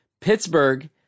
Pittsburgh